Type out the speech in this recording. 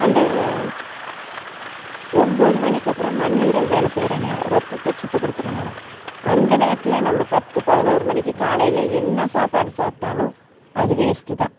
அந்த ஒம்பது மணிக்கு அப்புறம் மண்ணீரல் வேலை செய்கிற நேரம் ரத்தத்தை சுத்தப்படுத்துகிற நேரம் அந்த நேரத்தில் நம்ம பத்து பதினொரு மணிக்கு காலையில் என்ன சாப்பாடு சாப்பிட்டாலும் அது வேஸ்ட்டு தான்